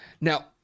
Now